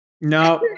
no